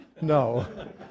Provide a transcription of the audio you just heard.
No